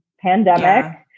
pandemic